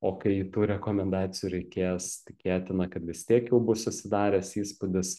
o kai tų rekomendacijų reikės tikėtina kad vis tiek jau bus susidaręs įspūdis